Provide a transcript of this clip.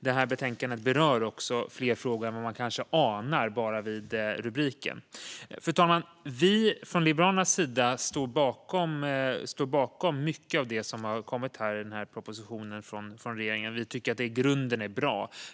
Det rör fler frågor än vad man anar av rubriken. Fru talman! Från Liberalernas sida står vi bakom mycket av det som har kommit i propositionen från regeringen. Vi tycker i grunden att det är bra.